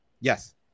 Yes